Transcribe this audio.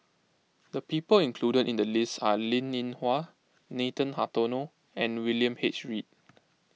the people included in the list are Linn in Hua Nathan Hartono and William H Read